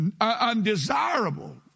undesirable